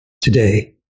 today